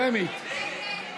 שמית.